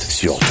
sur